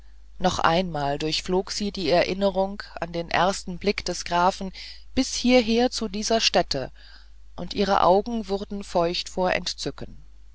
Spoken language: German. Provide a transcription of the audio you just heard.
noch einmal durchflog sie die erinnerung an den ersten blick des grafen bis hieher zu dieser stätte und ihr auge wurde feucht von entzücken